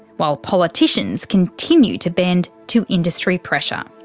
while politicians continue to bend to industry pressure.